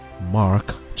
Mark